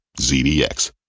ZDX